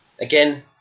Again